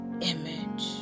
image